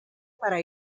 para